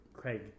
Craig